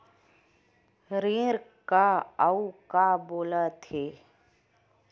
ऋण का अउ का बोल थे?